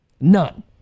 None